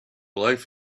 life